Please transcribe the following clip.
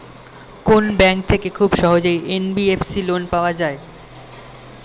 কোন ব্যাংক থেকে খুব সহজেই এন.বি.এফ.সি লোন পাওয়া যায়?